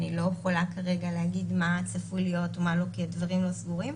אני לא יכולה כרגע להגיד מה צפוי להיות ומה לא כי הדברים לא סגורים.